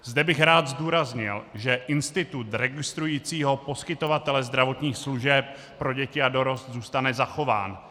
Zde bych rád zdůraznil, že institut registrující poskytovatele zdravotních služeb pro děti a dorost zůstane zachován.